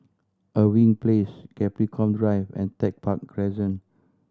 Irving Place Capricorn Drive and Tech Park Crescent